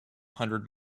hundred